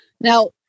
Now